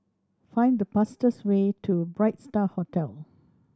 find the fastest way to Bright Star Hotel